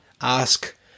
ask